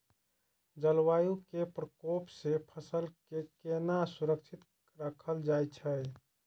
जलवायु के प्रकोप से फसल के केना सुरक्षित राखल जाय छै?